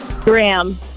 Graham